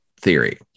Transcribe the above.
theory